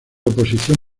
oposición